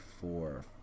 four